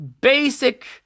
basic